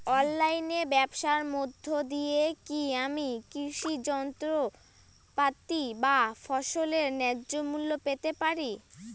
অনলাইনে ব্যাবসার মধ্য দিয়ে কী আমি কৃষি যন্ত্রপাতি বা ফসলের ন্যায্য মূল্য পেতে পারি?